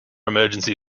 emergency